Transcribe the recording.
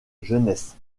jeunesse